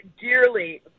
dearly